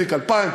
תיק 2000,